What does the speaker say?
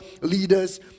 leaders